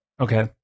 okay